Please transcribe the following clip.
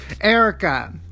Erica